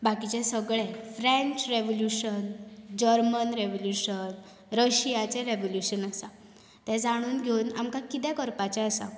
बाकीचे सगळें French revolution German revolution रशियाचे रेवल्यूशन आसा ते जाणून घेवन आमकां कितें करपाचे आसा